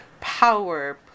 power